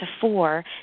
four